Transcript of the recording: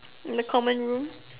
in the common room